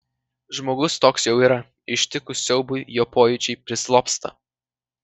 žmogus toks jau yra ištikus siaubui jo pojūčiai prislopsta